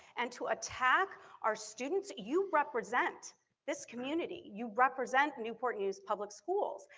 and to attack our students, you represent this community. you represent newport news public schools.